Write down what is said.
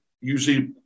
usually